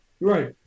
Right